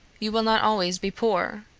you will not always be poor.